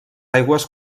aigües